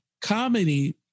Comedy